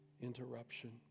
interruption